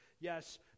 yes